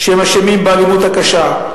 שהם האשמים באלימות הקשה.